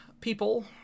People